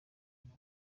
muri